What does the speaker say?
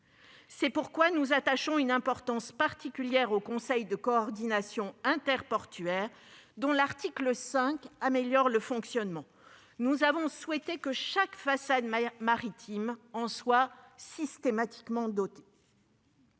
C'est pourquoi nous attachons une importance particulière aux conseils de coordination interportuaire, dont l'article 5 améliore le fonctionnement. Nous avons souhaité que chaque façade maritime en soit systématiquement dotée.